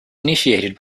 initiated